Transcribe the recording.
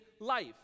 life